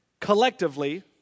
collectively